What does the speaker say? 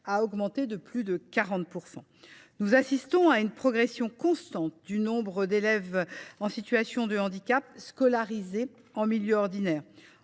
a augmenté de plus de 40 %. Nous assistons à une progression constante du nombre d’élèves en situation de handicap scolarisés en milieu ordinaire.